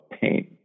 pain